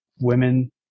women